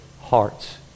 hearts